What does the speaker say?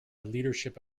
leadership